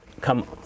come